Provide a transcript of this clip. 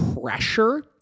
pressure